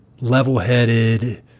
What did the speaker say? level-headed